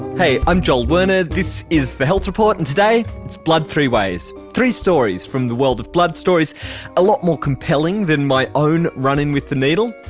hey, i'm joel werner, this is the health report, and today it's a blood three ways. three stories from the world of blood, stories a lot more compelling than my own run-in with the needle.